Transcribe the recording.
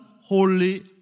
holy